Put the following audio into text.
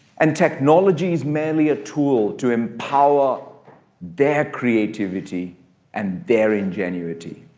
and technology is merely a tool to empower their creativity and their ingenuity.